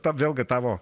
ta vėlgi tavo